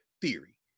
theory